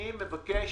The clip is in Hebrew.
אני מבקש